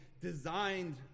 designed